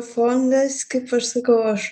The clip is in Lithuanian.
fondas kaip aš sakau aš